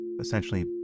essentially